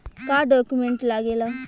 का डॉक्यूमेंट लागेला?